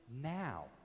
now